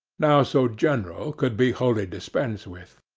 now so general, could be wholly dispensed with.